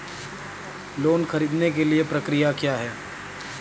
Loan ख़रीदने के लिए प्रक्रिया क्या है?